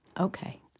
Okay